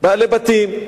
בעלי בתים,